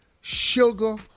sugar